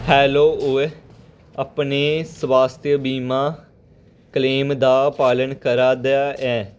hello ओए अपने स्वास्थ बीमा क्लेम दा पालन करा दा ऐ